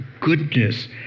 goodness